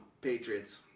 Patriots